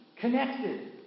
connected